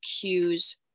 cues